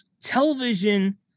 television